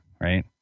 right